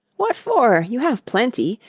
what for? you have plenty.